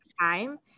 time